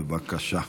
בבקשה.